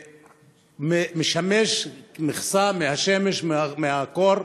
והוא משמש מחסה מהשמש ומהקור.